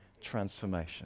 transformation